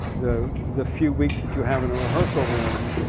the the few weeks that you have in a rehearsal room,